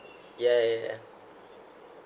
ya ya ya